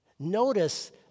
Notice